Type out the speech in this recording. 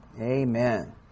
Amen